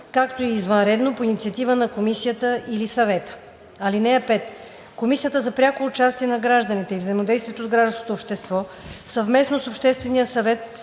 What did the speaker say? както и извънредно по инициатива на комисията или съвета. (5) Комисията за прякото участие на гражданите и взаимодействието с гражданското общество съвместно с Обществения съвет,